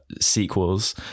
sequels